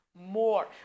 more